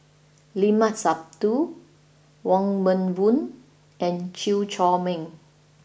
Limat Sabtu Wong Meng Voon and Chew Chor Meng